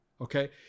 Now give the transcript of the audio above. Okay